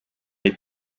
les